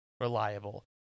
reliable